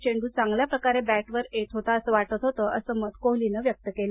चेंडू चागल्या प्रकारे बॅटवर येत होता असं वाटत होतं असं मत कोहलीनं व्यक्त केलं